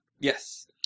Yes